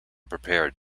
prepared